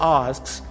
asks